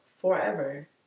forever